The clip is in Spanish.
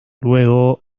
luego